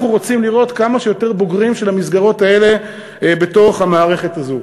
אנחנו רוצים לראות כמה שיותר בוגרים של המסגרות האלה בתוך המערכת הזאת.